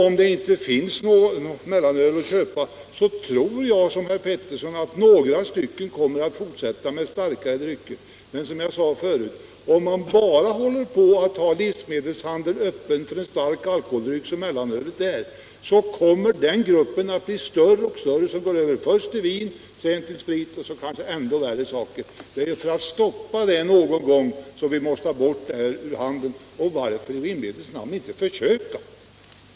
Om det inte finns något mellanöl att köpa tror jag, som herr Pettersson, att några kommer att fortsätta med starkare drycker. Men, som jag sade förut, om man fortsätter att ha livsmedelshandeln öppen för en stark alkoholdryck som mellanöl kommer den gruppen att bli större och större som går över först till vin, sedan till sprit och sedan kanske till ännu värre saker. Det är för att stoppa detta som vi måste ha bort mellanölet ur handeln. Varför kan vi i rimlighetens namn inte försöka?